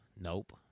nope